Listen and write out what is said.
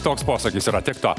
toks posakis yra tiek to